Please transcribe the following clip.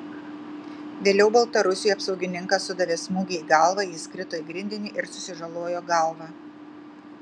vėliau baltarusiui apsaugininkas sudavė smūgį į galvą jis krito į grindinį ir susižalojo galvą